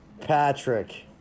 Patrick